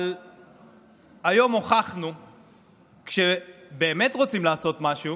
אבל היום הוכחנו שכשבאמת רוצים לעשות משהו